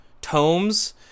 tomes